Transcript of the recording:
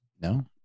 No